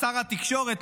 שר התקשורת,